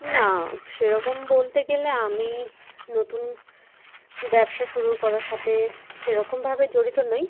না সেরকম বলতে গেলে আমি নতুন ব্যবসা শুরু করার সাথে সেরকমভাবে জড়িত নই